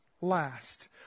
last